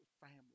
family